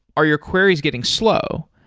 are your queries getting slow?